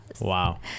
Wow